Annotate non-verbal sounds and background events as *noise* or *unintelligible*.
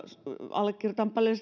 allekirjoitan paljon *unintelligible*